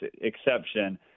exception